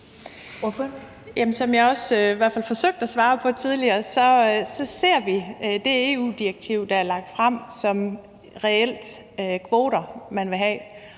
i hvert fald forsøgte at svare tidligere, ser vi det EU-direktiv, der er lagt frem, som at man reelt vil have